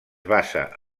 basa